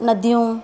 नदियूं